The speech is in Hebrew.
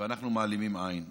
ואנחנו מעלימים עין.